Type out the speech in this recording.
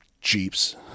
Jeeps